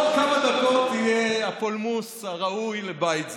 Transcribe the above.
עוד כמה דקות יהיה הפולמוס הראוי לבית זה.